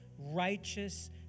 righteous